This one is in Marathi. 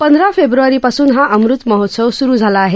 पंधरा फेब्रवारीपासून हा अमृत महोत्सव स्रु झाला आहे